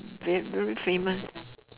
very famous